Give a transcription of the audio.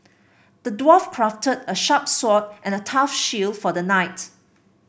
the dwarf crafted a sharp sword and a tough shield for the knight